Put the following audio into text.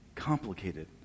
complicated